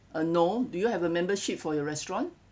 uh no do you have a membership for your restaurant